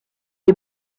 est